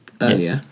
earlier